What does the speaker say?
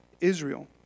Israel